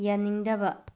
ꯌꯥꯅꯤꯡꯗꯕ